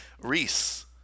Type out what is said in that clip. Reese